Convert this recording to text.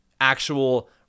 actual